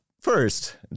first